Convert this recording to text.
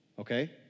okay